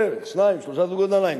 בערך שניים-שלושה זוגות נעליים,